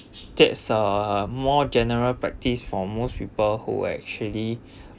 that's a more general practice for most people who actually